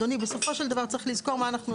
אדוני, בסופו של דבר צריך לזכור מה אנחנו עושים.